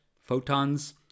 photons